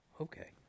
okay